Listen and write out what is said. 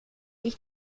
ich